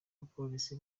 abapolisi